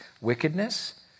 wickedness